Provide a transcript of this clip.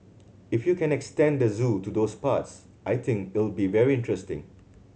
if you can extend the zoo to those parts I think it'll be very interesting